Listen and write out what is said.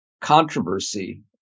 controversy